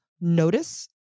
notice